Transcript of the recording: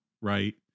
right